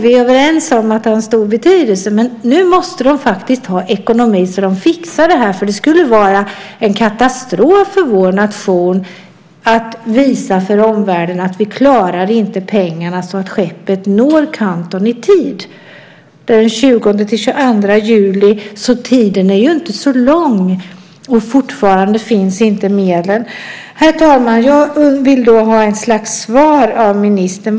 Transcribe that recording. Vi är överens om att det har en stor betydelse. Men nu måste de faktiskt ha ekonomi så att de fixar det här, för det skulle vara en katastrof för vår nation att visa för omvärlden att vi inte klarar finansieringen så att skeppet når Kanton i tid, den 20-22 juli. Det är ju inte så lång tid dit, och fortfarande finns inte medlen. Herr talman! Jag vill ha ett slags svar av ministern.